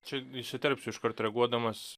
čia įsiterpsiu iškart reaguodamas